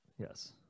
Yes